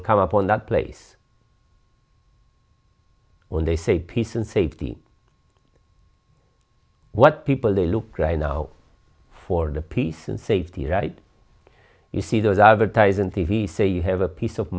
will come upon that place when they say peace and safety what people they look right now for the peace and safety right you see those advertisements he say you have a peace of